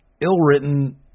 ill-written